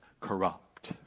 corrupt